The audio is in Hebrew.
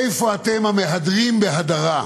איפה אתם, המהדרים בהדרה?